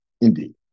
indeed